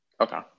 okay